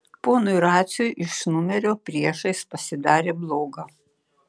ponui raciui iš numerio priešais pasidarė bloga